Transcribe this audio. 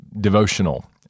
devotional